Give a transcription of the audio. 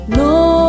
no